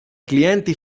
clienti